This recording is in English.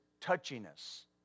touchiness